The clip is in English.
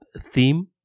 theme